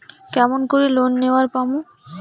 কেমন করি লোন নেওয়ার পামু?